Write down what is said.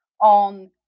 on